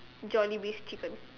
Jollibee's chicken